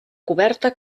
coberta